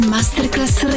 Masterclass